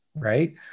Right